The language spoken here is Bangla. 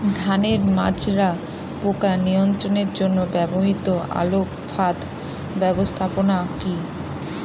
ধানের মাজরা পোকা নিয়ন্ত্রণের জন্য ব্যবহৃত আলোক ফাঁদ ব্যবস্থাপনা কি?